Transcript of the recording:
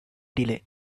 delay